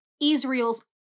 Israel's